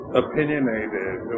opinionated